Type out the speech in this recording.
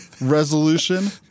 Resolution